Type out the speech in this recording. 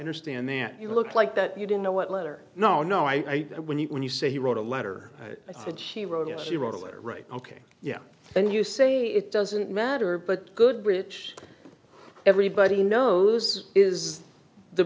understand that you look like that you don't know what letter no no i when you when you say he wrote a letter i said she wrote it she wrote a letter right ok yeah and you say it doesn't matter but good bridge everybody knows is the